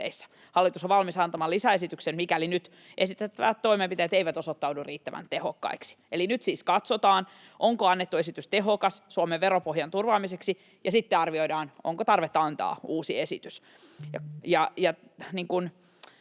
Hallitus on valmis antamaan lisäesityksen, mikäli nyt esitettävät toimenpiteet eivät osoittaudu riittävän tehokkaiksi.” Eli nyt siis katsotaan, onko annettu esitys tehokas Suomen veropohjan turvaamiseksi, ja sitten arvioidaan, onko tarvetta antaa uusi esitys.